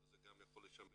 זה גם יכול לשמש